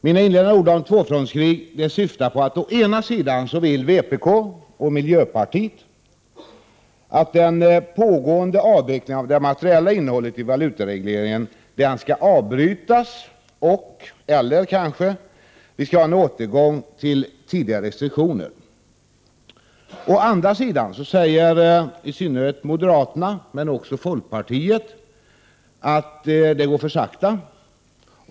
Mina inledande ord om ”tvåfrontskrig” syftar på att å ena sidan vill vpk och miljöpartiet att den pågående avvecklingen av det materiella innehållet i valutaregleringen skall avbrytas och/eller att vi skall ha återgång till tidigare restriktioner. Å andra sidan säger i synnerhet moderaterna, men också folkpartiet, att det går för sakta.